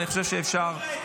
אני חושב שאפשר להגיע לדבר הזה.